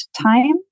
time